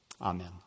Amen